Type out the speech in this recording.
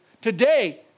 today